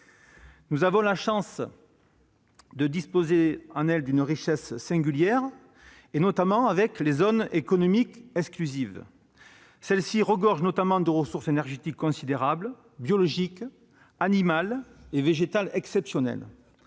Nous avons la chance de disposer, avec eux, d'une richesse singulière, en particulier avec les zones économiques exclusives. Celles-ci regorgent notamment de ressources énergétiques, biologiques, animales et végétales exceptionnelles.